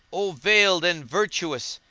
o veiled and virtuous!